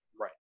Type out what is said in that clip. right